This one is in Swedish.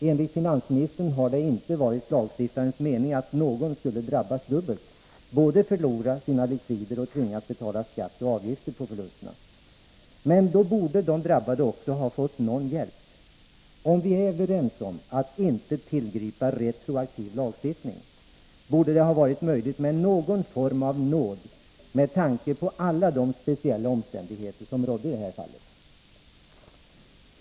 Enligt finansministern har det inte varit lagstiftarens mening att någon skulle drabbas dubbelt, både förlora sina likvider och tvingas betala skatt och avgifter på förlusterna. Men då borde de drabbade också ha fått någon hjälp. Om vi är överens om att inte tillgripa retroaktiv lagstiftning borde det ha varit möjligt med någon form av nåd, med tanke på alla de speciella omständigheter som rått i det här fallet.